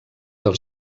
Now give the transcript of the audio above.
del